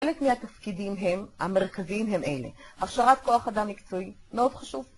אין את מי התפקידים הם המרכזיים הם אלה, הכשרת כוח אדם מקצועי מאוד חשוב